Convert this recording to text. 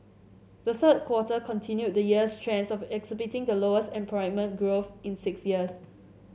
the third quarter continued the year's trends of exhibiting the lowest employment growth in six years